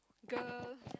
girl